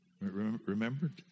Remembered